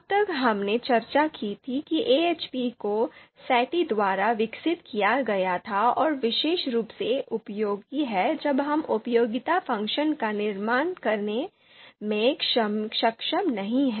अब तक हमने चर्चा की थी कि एएचपी को सैटी द्वारा विकसित किया गया था और विशेष रूप से उपयोगी है जब हम उपयोगिता फ़ंक्शन का निर्माण करने में सक्षम नहीं हैं